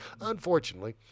unfortunately